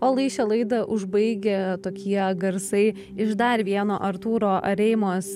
o lai šią laidą užbaigia tokie garsai iš dar vieno artūro areimos